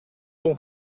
donc